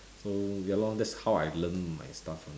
so ya lor that's how I learn my stuff [one]